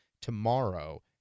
tomorrow